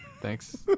Thanks